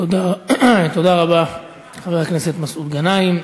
תודה רבה, חבר הכנסת מסעוד גנאים.